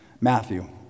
Matthew